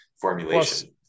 formulation